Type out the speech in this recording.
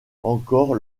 encore